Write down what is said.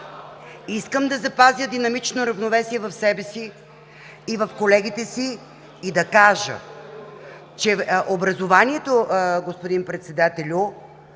Искам да запазя динамично равновесие в себе си и в колегите си, и да кажа, че образованието, господин Председателю,